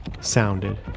sounded